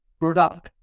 product